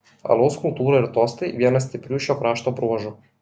alaus kultūra ir tostai vienas stiprių šio krašto bruožų